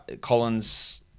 Collins